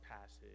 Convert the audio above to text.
passage